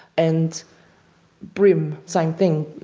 and bream, same thing,